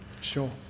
Sure